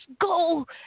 go